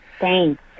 Thanks